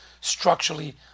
structurally